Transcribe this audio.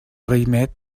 raïmet